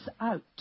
out